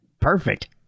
perfect